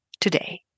today